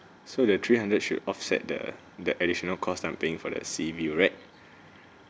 so the three hundred should offset the the additional cost I'm paying for the sea view right